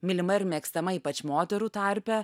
mylima ir mėgstama ypač moterų tarpe